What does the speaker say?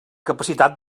capacitat